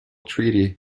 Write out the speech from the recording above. treaty